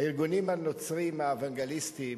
הארגונים הנוצריים האוונגליסטיים